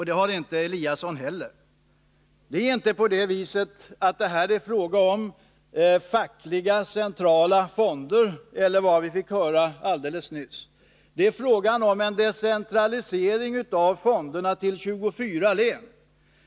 Det har inte Ingemar Eliasson heller gjort. Det är inte fråga om fackliga centrala fonder, eller vad det var vi fick höra alldeles nyss, utan om en decentralisering av fonderna till 24 län.